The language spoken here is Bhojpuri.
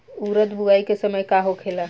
उरद बुआई के समय का होखेला?